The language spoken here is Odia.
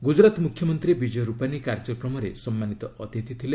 ଗୁଜୁରାତ୍ ମୁଖ୍ୟମନ୍ତ୍ରୀ ବିୟ ରୁପାନୀ କାର୍ଯ୍ୟକ୍ରମରେ ସନ୍ମାନିତ ଅତିଥି ଥିଲେ